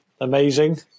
Amazing